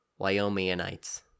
Wyomingites